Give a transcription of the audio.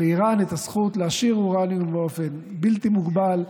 לאיראן את הזכות להעשיר אורניום באופן בלתי מוגבל,